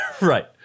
Right